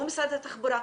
הוא משרד התחבורה,